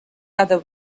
other